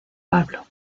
pablo